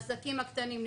העסקים הקטנים,